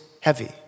heavy